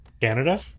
Canada